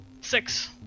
six